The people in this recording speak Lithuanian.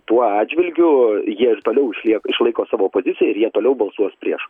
tuo atžvilgiu jie ir toliau išliek išlaiko savo poziciją ir jie toliau balsuos prieš